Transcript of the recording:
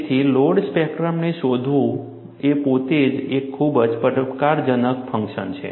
તેથી લોડ સ્પેક્ટ્રમને શોધવું એ પોતે જ એક ખૂબ જ પડકારજનક ફંક્શન છે